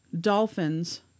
Dolphins